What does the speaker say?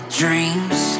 dreams